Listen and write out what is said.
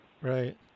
right